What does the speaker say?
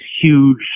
huge